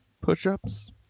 push-ups